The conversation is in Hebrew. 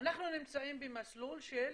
אנחנו נמצאים במסלול של